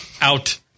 Out